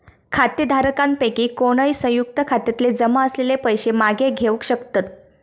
खातेधारकांपैकी कोणय, संयुक्त खात्यातले जमा असलेले पैशे मागे घेवक शकतत